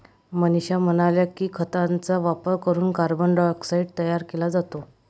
मनीषा म्हणाल्या की, खतांचा वापर करून कार्बन डायऑक्साईड तयार केला जातो